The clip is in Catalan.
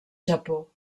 japó